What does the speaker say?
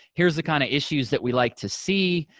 here's the kind of issues that we like to see.